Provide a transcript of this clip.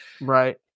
right